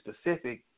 specific